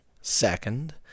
Second